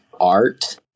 art